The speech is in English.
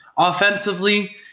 Offensively